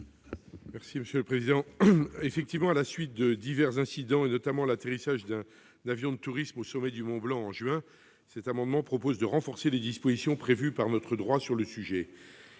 Quel est l'avis de la commission ? À la suite de divers incidents, notamment l'atterrissage d'un avion de tourisme au sommet du mont Blanc en juin, cet amendement vise à renforcer les dispositions prévues par notre droit sur le sujet.